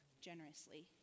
generously